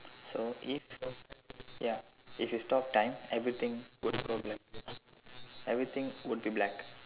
so if ya if you stop time everything would go black everything would be black